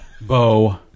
Bo